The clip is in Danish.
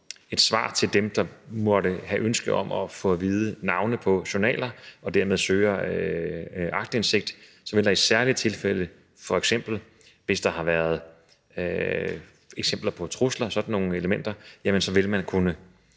et svar til dem, der måtte have ønske om at få oplyst navne på journaler og dermed søge aktindsigt. F.eks. vil man, hvis der har været eksempler på trusler og sådan nogle elementer, kunne